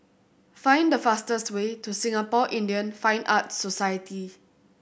find the fastest way to Singapore Indian Fine Arts Society